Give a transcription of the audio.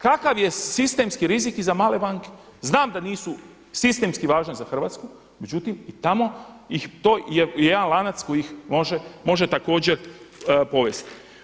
Kakva je sistemski rizik iza male banke? znam da nisu sistemski važne za Hrvatsku, međutim i tamo ih to je jedan lanac koji može također povesti.